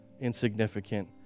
insignificant